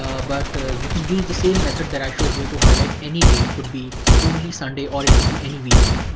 ah but you can use the same methods that i show here to highlight any day. it could be only sunday or it could be any weekday.